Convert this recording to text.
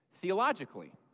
theologically